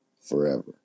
forever